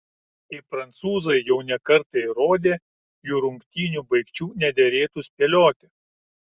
kaip prancūzai jau ne kartą įrodė jų rungtynių baigčių nederėtų spėlioti